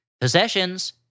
possessions